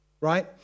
Right